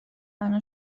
الان